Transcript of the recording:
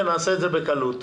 ונעשה את זה בקלות.